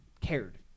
cared